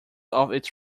its